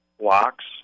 blocks